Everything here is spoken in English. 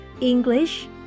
English